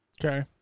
Okay